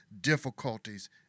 difficulties